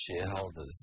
shareholders